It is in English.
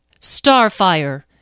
Starfire